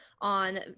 on